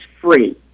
free